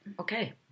Okay